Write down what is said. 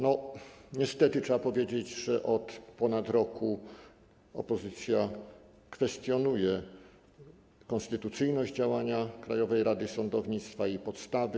Niestety trzeba powiedzieć, że od ponad roku opozycja kwestionuje konstytucyjność działania Krajowej Rady Sądownictwa, jej podstawy.